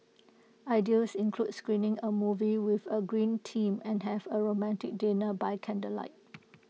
ideas include screening A movie with A green theme and have A romantic dinner by candlelight